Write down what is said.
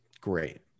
Great